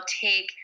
take